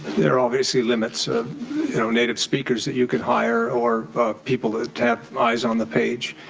there are obviously limits, ah you know native speakers that you can hire or people to to have eyes on the page,